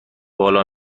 بالا